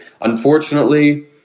Unfortunately